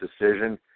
decision